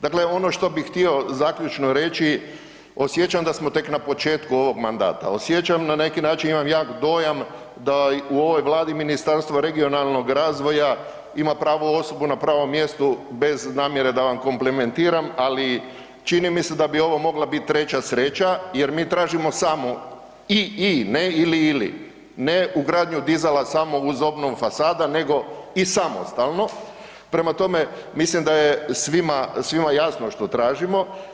Dakle ono što bih htio zaključno reći, osjećam da smo tek na početku ovog mandata, osjećam na neki način, imam jak dojam da u ovoj Vladi Ministarstvo regionalnog razvoja ima pravu osobu na pravom mjestu bez namjere da vam komplimentiram, ali čini mi se da bi ovo mogla biti treća sreća, jer mi tražimo samo i/i, ne ili/ili, ne ugradnju dizala samo uz obnovu fasada nego i samostalno, prema tome mislim da je svima jasno što tražimo.